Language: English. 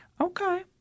Okay